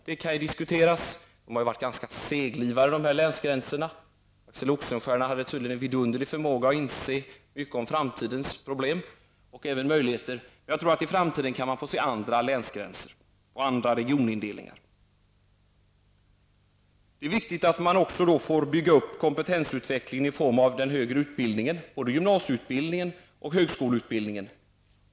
De nuvarande länsgränserna har ju varit ganska seglivade -- Axel Oxenstierna hade tydligen en vidunderlig förmåga att inse mycket om framtidens problem och även dess möjligheter --, men jag tror att vi i framtiden kan få se andra länsgränser och andra regionindelningar. Det är viktigt att det också blir möjligt att bygga upp kompetensutvecklingen i form av den högre utbildningen, både gymnasieutbildningen och högskoleutbildningen.